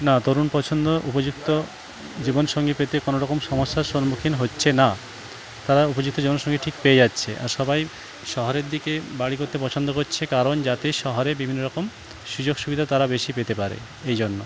না তরুণ পছন্দ উপযুক্ত জীবন সঙ্গী পেতে কোনরকম সমস্যার সম্মুখীন হচ্ছে না তারা উপযুক্ত জীবন সঙ্গী ঠিক পেয়ে যাচ্ছে আর সবাই শহরের দিকে বাড়ি করতে পছন্দ করছে কারণ যাতে শহরে বিভিন্ন রকম সুযোগ সুবিধা তারা বেশি পেতে পারে এই জন্য